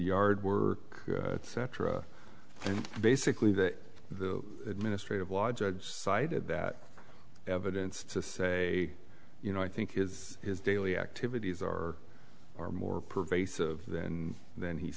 yard work cetera and basically that the administrative law judge cited that evidence to say you know i think his his daily activities or are more pervasive than then he